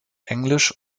englisch